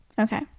okay